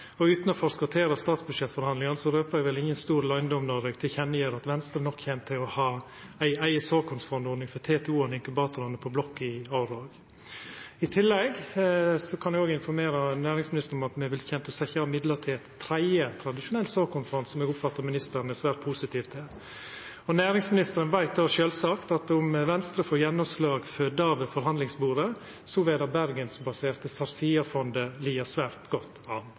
og utan å forskottera statsbudsjettforhandlingane røper eg vel ingen stor løyndom når eg gjev til kjenne at Venstre nok kjem til å ha ei eiga såkornfondordning for TTO-ane og inkubatorane på skriveblokka i år òg. I tillegg kan eg informera næringsministeren om at me kjem til å setja av midlar til eit tredje tradisjonelt såkornfond, som eg oppfattar at ministeren er svært positiv til. Næringsministeren veit då sjølvsagt at om Venstre får gjennomslag for det ved forhandlingsbordet, vil det bergensbaserte Sarsia Seed-fondet liggja svært godt an.